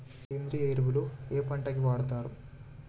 సేంద్రీయ ఎరువులు ఏ పంట కి వాడుతరు?